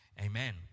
Amen